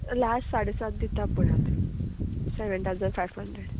last साडे सात दिता पळय हांव सेव्हन ठावजण फायव हंड्रेड